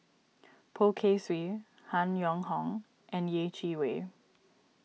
Poh Kay Swee Han Yong Hong and Yeh Chi Wei